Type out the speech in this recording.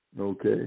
Okay